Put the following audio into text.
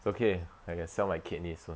it's okay I can sell my kidney soon